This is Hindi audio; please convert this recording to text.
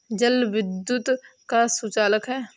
जल विद्युत का सुचालक है